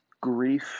Grief